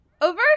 over